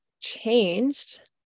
changed